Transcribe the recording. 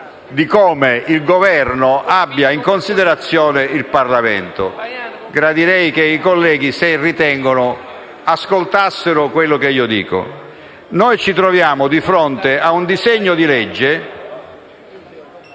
di come il Governo abbia in considerazione il Parlamento. *(Brusio).* Gradirei che i colleghi, se ritengono, ascoltassero quello che dico. Ci troviamo di fronte a un disegno di legge